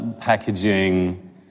packaging